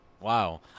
Wow